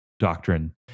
Doctrine